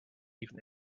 evening